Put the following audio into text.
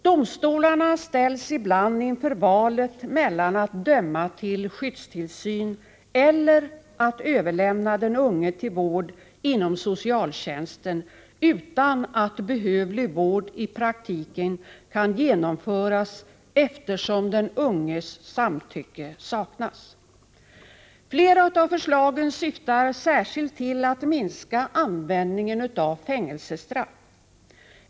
Domstolarna ställs ibland inför valet mellan att döma till skyddstillsyn eller att överlämna den unge till vård inom socialtjänsten utan att behövlig vård i praktiken kan genomföras eftersom den unges samtycke saknas. Flera av förslagen syftar särskilt till att minska användningen av fängelsestraff.